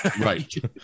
Right